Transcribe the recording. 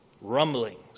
rumblings